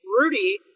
Rudy